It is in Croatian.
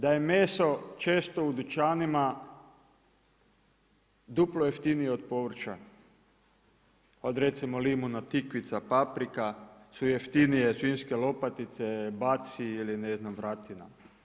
Da je meso često u dućanima duplo jeftinije od povrća, od recimo limuna, tikvica, paprika, su jeftinije svinjske lopatice, batci ili ne znam vratina.